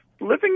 living